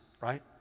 right